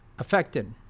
Affected